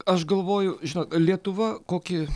aš galvoju žinot lietuva kokį